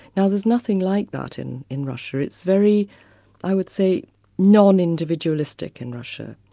now there's nothing like that in in russia. it's very i would say non-individualistic in russia,